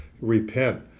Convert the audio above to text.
repent